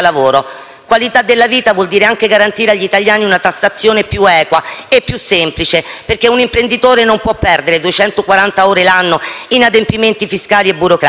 Qualità della vita vuol dire anche garantire agli italiani una tassazione più equa e più semplice, perché un imprenditore non può perdere duecentoquaranta ore l'anno in adempimenti fiscali e burocratici.